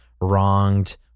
wronged